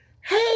hey